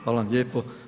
Hvala vam lijepo.